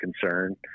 concern